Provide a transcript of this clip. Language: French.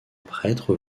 prêtre